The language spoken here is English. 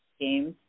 games